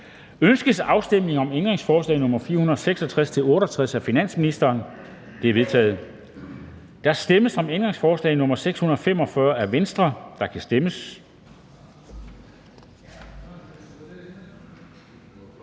Ønskes afstemning om ændringsforslag nr. 597-606 af finansministeren? De er vedtaget. Der stemmes om ændringsforslag nr. 633 af NB, og der kan stemmes.